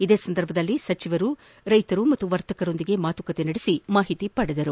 ಇದೇ ಸಂದರ್ಭದಲ್ಲಿ ಸಚಿವರು ರೈತರು ಹಾಗೂ ವರ್ತಕರೊಂದಿಗೆ ಮಾತುಕತೆ ನಡೆಸಿ ಮಾಹಿತಿ ಪಡೆದರು